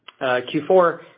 Q4